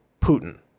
putin